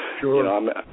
Sure